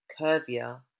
curvier